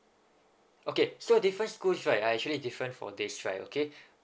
okay so different schools right are actually different for this right okay